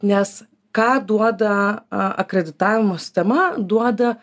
nes ką duoda akreditavimo sistema duoda